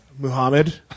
Muhammad